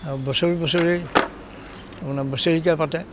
আৰু বছৰি বছৰি আপোনাৰ বছেৰেকীয়া পাতে